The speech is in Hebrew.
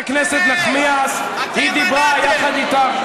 חברת הכנסת נחמיאס, היא דיברה איתך.